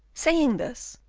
saying this,